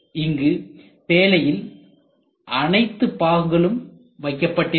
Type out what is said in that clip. இங்கு பேழையில்அனைத்து பாகங்களும் வைக்கப்பட்டிருக்கும்